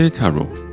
Taro